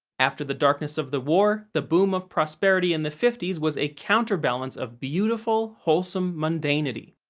after the darkness of the war, the boom of prosperity in the fifty s was a counterbalance of beautiful, wholesome mundanity.